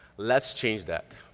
let's change that.